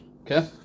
Okay